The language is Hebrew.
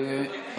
מוותרת.